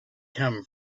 come